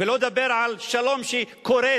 ולא אדבר על שלום שקורס